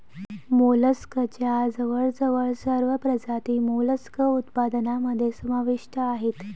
मोलस्कच्या जवळजवळ सर्व प्रजाती मोलस्क उत्पादनामध्ये समाविष्ट आहेत